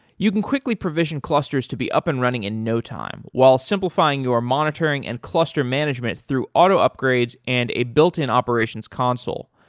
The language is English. you can quickly provision clusters to be up and running in no time while simplifying your monitoring and cluster management through auto upgrades and a built-in operations console.